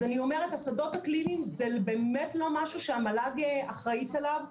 אז אני אומרת שהשדות הקליניים זה באמת לא משהו שהמל"ג אחראית עליו,